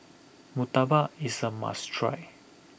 Murtabak is a must try